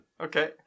Okay